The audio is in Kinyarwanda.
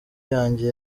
yanjye